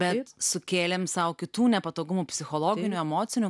bet sukėlėm sau kitų nepatogumų psichologinių emocinių